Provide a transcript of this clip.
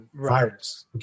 virus